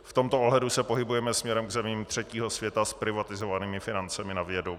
V tomto ohledu se pohybujeme směrem k zemím třetího světa s privatizovanými financemi na vědu.